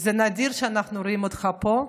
זה נדיר שאנחנו רואים אותך פה,